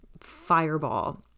fireball